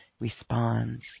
responds